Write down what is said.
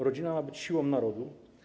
Rodzina ma być siłą narodu.